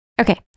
Okay